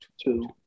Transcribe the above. two